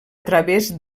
través